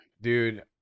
Dude